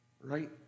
right